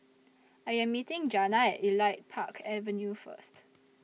I Am meeting Jana At Elite Park Avenue First